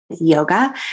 yoga